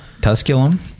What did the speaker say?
Tusculum